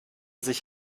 sich